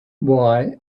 why